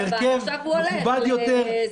והלוואי שנחזור הנה עם הרכב מכובד יותר,